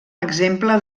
exemple